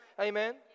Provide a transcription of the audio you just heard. amen